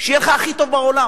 שיהיה לך הכי טוב בעולם.